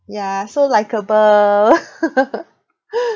ya so likeable